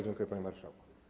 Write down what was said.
Dziękuję, panie marszałku.